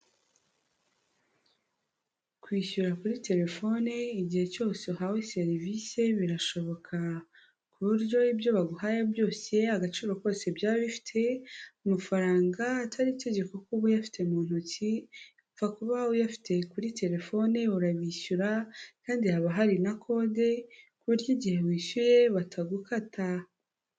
Kwishyura kuri telefone igihe cyose uhawe serivisi birashoboka, ku buryo ibyo baguhaye byose agaciro kose byaba bifite, amafaranga atari itegeko ko uba uyafite mu ntoki upfa kuba uyafite kuri telefone urabishyura, kandi haba hari na kode ku buryo igihe wishyuye batagukata.